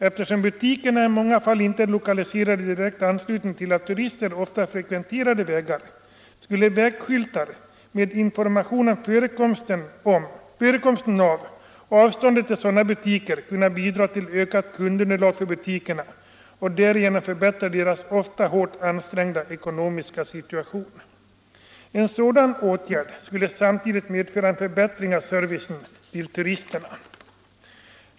Eftersom butikerna i många fall inte är lokaliserade Nr 49 i direkt anslutning till av turister ofta frekventerade vägar skulle väg Torsdagen den skyltar med information om förekomsten av och avståndet till sådana 3 april 1975 butiker kunna bidra till ökat kundunderlag för butikerna och därigenom —— förbättra deras ofta hårt ansträngda ekonomiska situation. En sådan åt — Anslag till vägväsengärd skulle samtidigt medföra en förbättring av servicen till turisterna. — det, m.m.